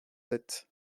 sept